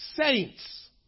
saints